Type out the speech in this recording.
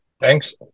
Thanks